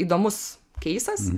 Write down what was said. įdomus keisas